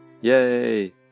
Yay